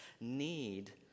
need